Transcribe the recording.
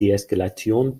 deeskalation